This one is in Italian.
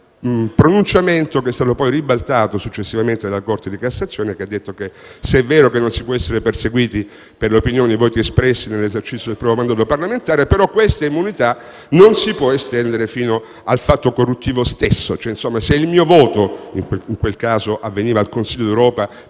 Il pronunciamento è stato ribaltato successivamente dalla Corte di cassazione, che ha detto che, se è vero che non si può essere perseguiti per le opinioni e i voti espressi nell'esercizio del proprio mandato parlamentare, questa immunità non si può estendere fino al fatto corruttivo stesso. Il voto in quel caso avveniva al Consiglio d'Europa